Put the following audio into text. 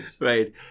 Right